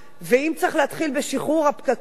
ואם צריך להתחיל בשחרור הפקקים,